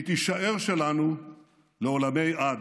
והיא תישאר שלנו לעולמי עד.